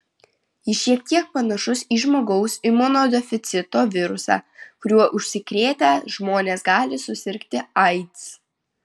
jis šiek tiek panašus į žmogaus imunodeficito virusą kuriuo užsikrėtę žmonės gali susirgti aids